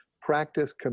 practice